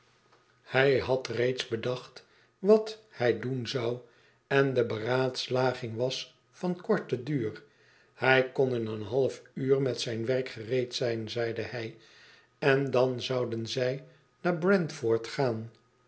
hij had reeds bedacht wat hij doen zou en de beraadslaging was van korten duur hij kon in een halfuur met zijn werk gereed zijn zeide hij en dan zouden zij naar